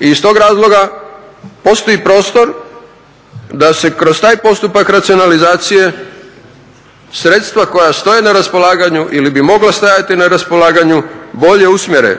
i iz tog razloga postoji prostor da se kroz taj postupak racionalizacije sredstva koja stoje na raspolaganju ili bi mogla stajati na raspolaganju bolje usmjere,